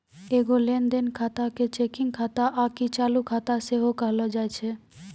एगो लेन देन खाता के चेकिंग खाता आकि चालू खाता सेहो कहलो जाय छै